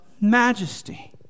majesty